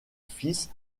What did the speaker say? fils